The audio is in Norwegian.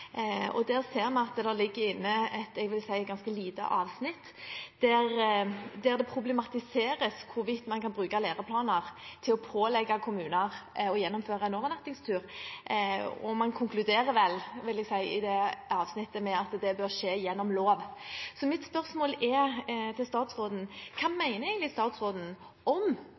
og der ser vi at det ligger inne det jeg vil si er et ganske lite avsnitt der det problematiseres hvorvidt man kan bruke læreplaner til å pålegge kommuner å gjennomføre en overnattingstur. Man konkluderer vel i det avsnittet med at det bør skje gjennom lov. Mitt spørsmål til statsråden er: Hva mener egentlig statsråden om